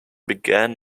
began